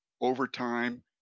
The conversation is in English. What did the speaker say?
overtime